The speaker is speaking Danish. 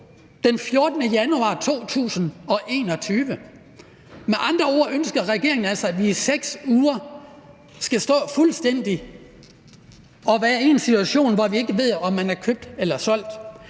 den 14. januar 2021. Med andre ord ønsker regeringen altså, at vi i 6 uger skal stå i en situation, hvor man ikke ved, om man er købt eller solgt.